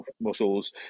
muscles